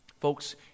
Folks